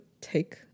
take